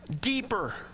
deeper